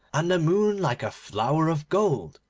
and the moon like a flower of gold.